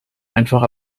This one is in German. einfach